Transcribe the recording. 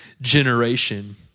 generation